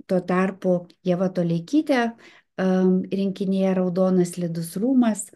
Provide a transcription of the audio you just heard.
tuo tarpu ieva toleikytė am rinkinyje raudonas slidus rūmas